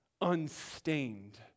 unstained